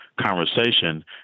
conversation